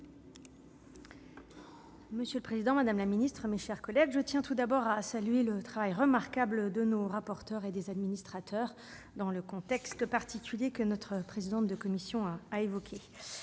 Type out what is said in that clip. Monsieur le président, madame la secrétaire d'État, mes chers collègues, je tiens tout d'abord à saluer le travail remarquable de nos rapporteurs et de nos administrateurs, dans le contexte particulier que la présidente de notre commission a souligné.